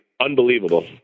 Unbelievable